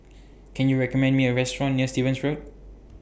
Can YOU recommend Me A Restaurant near Stevens Road